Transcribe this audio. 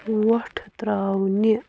وۄٹھ ترٛاونہِ